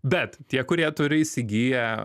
bet tie kurie turi įsigiję